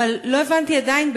אבל לא הבנתי עדיין: